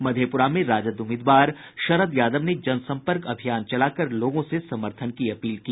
मधेपुरा में राजद उम्मीदवार शरद यादव ने जनसम्पर्क अभियान चलाकर लोगों से समर्थन की अपील की